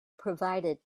provided